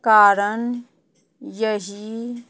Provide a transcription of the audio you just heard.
कारण यही